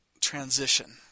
transition